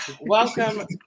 Welcome